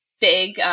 big